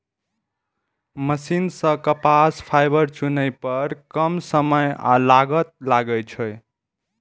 machine सं कपास fibre चुनै पर कम समय आ लागत लागै छै